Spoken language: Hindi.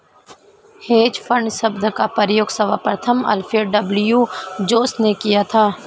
हेज फंड शब्द का प्रयोग सर्वप्रथम अल्फ्रेड डब्ल्यू जोंस ने किया था